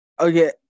Okay